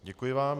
Děkuji vám.